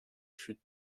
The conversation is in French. chutes